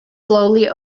slowly